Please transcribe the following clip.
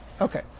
Okay